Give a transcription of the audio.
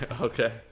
Okay